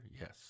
Yes